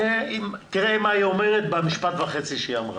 תראה מה היא אומרת במשפט וחצי שהיא אמרה.